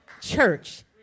church